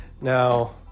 Now